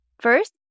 First